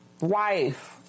wife